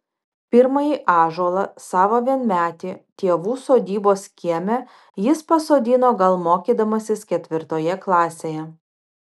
pirmąjį ąžuolą savo vienmetį tėvų sodybos kieme jis pasodino gal mokydamasis ketvirtoje klasėje